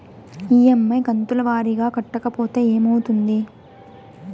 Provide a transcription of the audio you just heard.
EMI కంతుల వారీగా కట్టకపోతే ఏమవుతుంది?